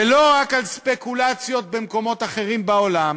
ולא רק על ספקולציות במקומות אחרים בעולם,